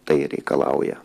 tai reikalauja